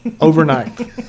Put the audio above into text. Overnight